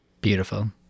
beautiful